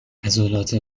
عضلات